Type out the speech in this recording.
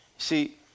See